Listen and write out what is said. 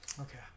okay